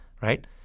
right